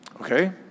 Okay